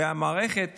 ומערכת